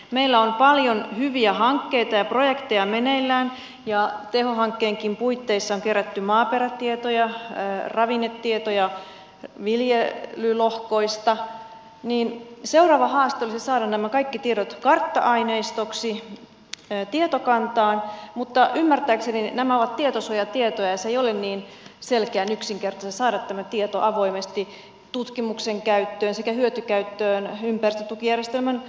meillä on paljon hyviä hankkeita ja projekteja meneillään ja teho hankkeenkin puitteissa on kerätty maaperätietoja ravinnetietoja viljelylohkoista ja seuraava haaste olisi saada nämä kaikki tiedot kartta aineistoksi tietokantaan mutta ymmärtääkseni nämä ovat tietosuojatietoja ja ei ole niin selkeän yksinkertaista saada tätä tietoa avoimesti tutkimuksen käyttöön sekä hyötykäyttöön ympäristötukijärjestelmän uudistamiseksi